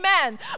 Amen